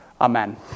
Amen